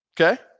Okay